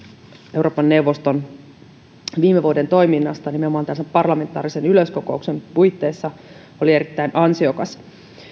euroopan neuvoston viime vuoden toiminnasta nimenomaan parlamentaarisen yleiskokouksen puitteissa oli erittäin ansiokas